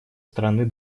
стороны